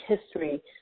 history